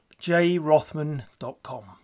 jrothman.com